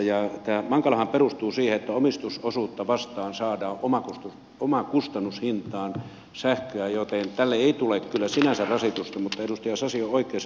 tämä mankalahan perustuu siihen että omistusosuutta vastaan saadaan omakustannushintaan sähköä joten tälle ei tule kyllä sinänsä rasitusta mutta edustaja sasi on oikeassa että omistajat joutuvat maksamaan